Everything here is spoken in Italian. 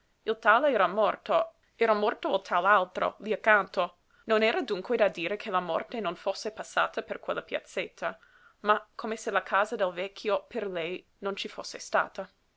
tale era morto era morto il tal altro lí accanto non era dunque da dire che la morte non fosse passata per quella piazzetta ma come se la casa del vecchio per lei non ci fosse stata